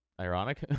ironic